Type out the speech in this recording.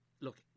Look